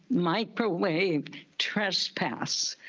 my per wave trespass.